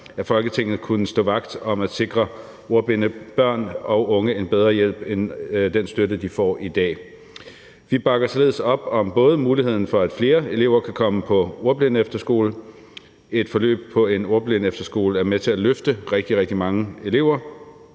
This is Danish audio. af Folketinget kunne stå vagt om at sikre ordblinde børn og unge en bedre hjælp end den støtte, de får i dag. Vi bakker således op om muligheden for, at flere elever kan komme på ordblindeefterskole. Et forløb på en ordblindeefterskole er med til at løfte rigtig, rigtig mange elever.